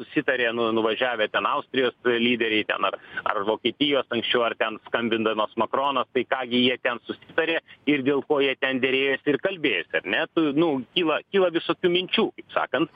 susitarė nu nuvažiavę ten austrijos lyderiai ten ar ar vokietijos anksčiau ar ten skambindamas makronas tai ką gi jie ten susitarė ir dėl ko jie ten derėjosi ir kalbėjosi ar ne tu nu kyla kyla visokių minčių kaip sakant